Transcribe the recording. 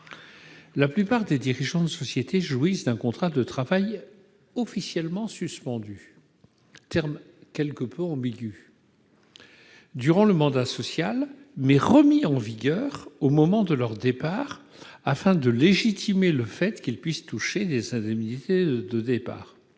La plupart des dirigeants de société jouissent d'un contrat de travail « officiellement suspendu »- terme quelque peu ambigu -durant le mandat social, mais remis en vigueur au moment de leur départ, afin de légitimer le fait qu'ils puissent toucher des indemnités de départ.